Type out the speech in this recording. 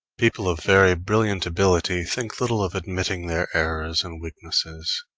people of very brilliant ability think little of admitting their errors and weaknesses,